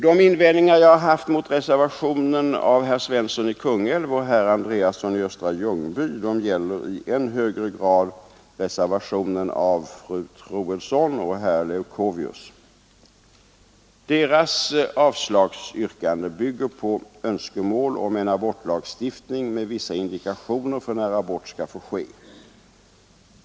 De invändningar jag har haft mot reservationen av herr Svensson i Kungälv och herr Andreasson i Östra Ljungby gäller i än högre grad reservationen av fru Troedsson och herr Leuchovius. Deras avslagsyrkande bygger på önskemål om en abortlagstiftning med vissa indikationer för när abort skall få ske.